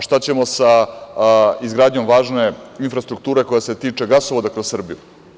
Šta ćemo sa izgradnjom važne infrastrukture koja se tiče gasovoda kroz Srbiju?